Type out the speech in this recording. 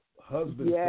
husband